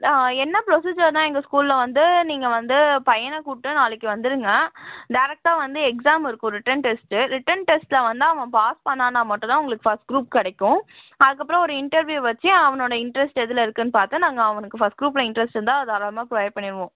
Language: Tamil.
ஆ என்ன ப்ரொசீஜர்னா எங்கள் ஸ்கூலில் வந்து நீங்கள் வந்து பையனை கூப்பிட்டு நாளைக்கு வந்துவிடுங்க டேரக்ட்டாக வந்து எக்ஸாம் இருக்கும் ரிட்டன் டெஸ்ட்டு ரிட்டன் டெஸ்ட்டில் வந்து அவன் பாஸ் பண்ணான்னா மட்டும் தான் உங்களுக்கு ஃபர்ஸ்ட் குரூப் கிடைக்கும் அதற்கப்பறம் ஒரு இன்டெர்வ்யூ வச்சு அவனோட இன்ட்ரெஸ்ட் எதில் இருக்குன்னு பார்த்து நாங்கள் அவனுக்கு ஃபர்ஸ்ட் குரூப்பில் இன்ட்ரெஸ்ட் இருந்தால் தாராளமாக ப்ரொவைட் பண்ணிவிடுவோம்